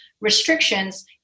restrictions